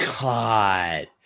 god